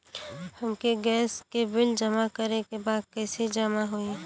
हमके गैस के बिल जमा करे के बा कैसे जमा होई?